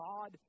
God